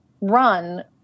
run